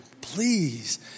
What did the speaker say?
please